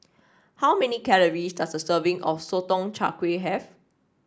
how many calories does a serving of Sotong Char Kway have